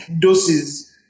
doses